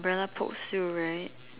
umbrella pokes through right